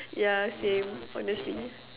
yeah same honestly